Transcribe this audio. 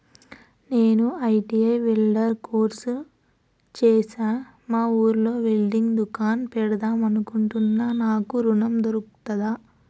నేను ITI welder course చేశ్న మా ఊర్లో వెల్డింగ్ దుకాన్ పెడదాం అనుకుంటున్నా నాకు ఋణం దొర్కుతదా?